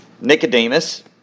Nicodemus